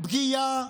פגיעה